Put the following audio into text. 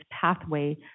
pathway